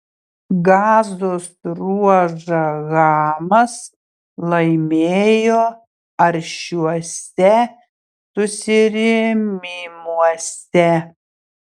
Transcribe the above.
gazos ruožą hamas laimėjo aršiuose susirėmimuose